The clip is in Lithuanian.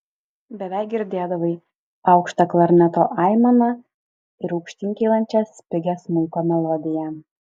beveik girdėdavai aukštą klarneto aimaną ir aukštyn kylančią spigią smuiko melodiją